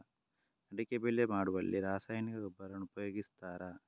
ಅಡಿಕೆ ಬೆಳೆ ಮಾಡುವಲ್ಲಿ ರಾಸಾಯನಿಕ ಗೊಬ್ಬರವನ್ನು ಉಪಯೋಗಿಸ್ತಾರ?